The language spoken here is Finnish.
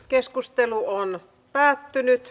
keskustelu päättyi